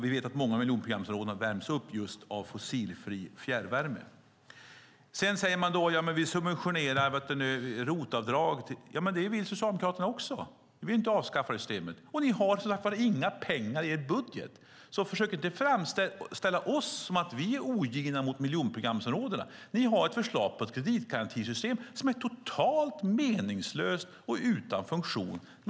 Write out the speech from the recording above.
Vi vet att många av miljonprogramsområdena värms upp just av fossilfri fjärrvärme. Sedan säger man att vi subventionerar ROT-avdrag. Ja, men det vill ju Socialdemokraterna också. Ni vill inte avskaffa det systemet, och ni har inga pengar i er budget. Försök alltså inte framställa oss som att vi är ogina mot miljonprogramsområdena. Ni har ett förslag på ett kreditgarantisystem som är totalt meningslöst och utan funktion.